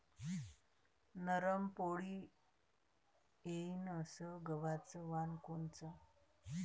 नरम पोळी येईन अस गवाचं वान कोनचं?